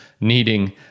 needing